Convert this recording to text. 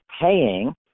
paying